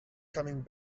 coming